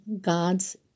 God's